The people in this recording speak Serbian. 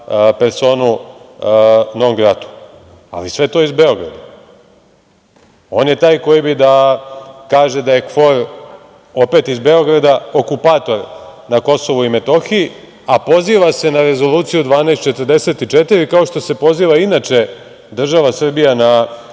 personu non gratu, ali sve je to iz Beograda. On je taj koji bi da kaže da je KFOR opet iz Beograda okupator na Kosovu i Metohiji, a poziva se na Rezoluciju 1244, kao što se poziva inače država Srbija na